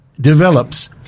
develops